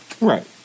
Right